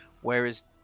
whereas